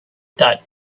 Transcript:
that